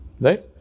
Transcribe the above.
Right